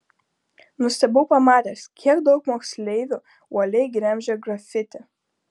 nustebau pamatęs kiek daug moksleivių uoliai gremžia grafiti